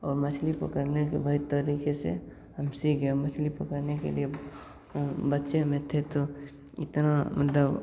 और मछली पकड़ने के वही तरीके से हम सीख गए मछली पकड़ने के लिए बच्चे में थे तो इतना मतलब